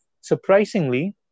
Surprisingly